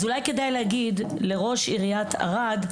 אז אולי כדאי להגיד לראש עיריית ערד,